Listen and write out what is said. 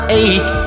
eight